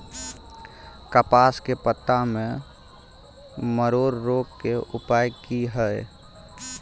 कपास के पत्ता में मरोड़ रोग के उपाय की हय?